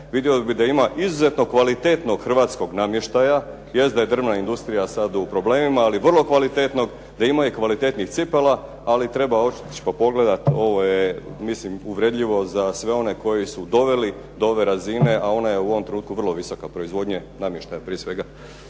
vidio bi da ima izuzetno kvalitetnog hrvatskog namještaja. Jest da je drvna industrija sad u problemima ali vrlo kvalitetnog, da ima i kvalitetnih cipela ali treba otići pa pogledati. Ovo je mislim uvredljivo za sve one koji su doveli do ove razine a ona je u ovom trenutku vrlo visoka proizvodnja namještaja prije svega.